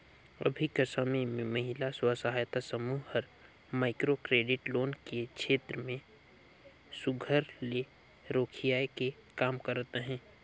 अभीं कर समे में महिला स्व सहायता समूह हर माइक्रो क्रेडिट लोन के छेत्र में सुग्घर ले रोखियाए के काम करत अहे